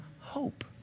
hope